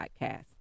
podcast